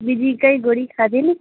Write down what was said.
બીજી કંઈ ગોળી ખાધેલી